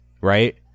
right